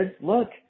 look